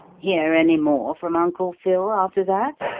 hear any more from uncle phil after that?